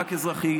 רק אזרחי.